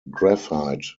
graphite